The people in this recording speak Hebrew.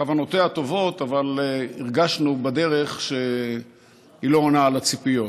כוונותיה טובות אבל הרגשנו בדרך שהיא לא עונה על הציפיות.